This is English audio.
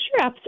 sure